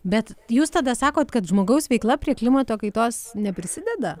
bet jus tada sakot kad žmogaus veikla prie klimato kaitos neprisideda